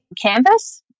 canvas